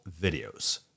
videos